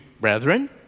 brethren